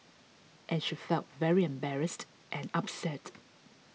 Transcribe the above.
and she felt very embarrassed and upset